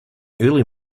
early